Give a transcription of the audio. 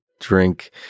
drink